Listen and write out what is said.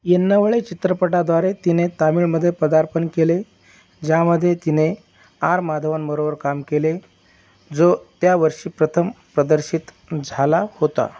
एन्नवळे चित्रपटाद्वारे तिने तामिळमध्ये पदार्पण केले ज्यामध्ये तिने आर माधवनबरोबर काम केले जो त्या वर्षी प्रथम प्रदर्शित झाला होता